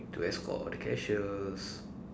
to escort all the cashiers